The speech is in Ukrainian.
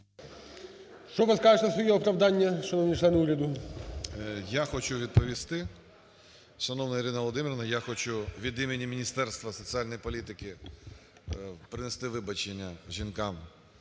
Що ви скажете в своє оправдання, шановні члени уряду?